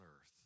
earth